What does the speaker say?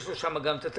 יש לו שם גם התקציבים,